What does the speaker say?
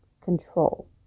control